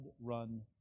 run